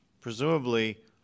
presumably